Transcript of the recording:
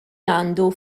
għandu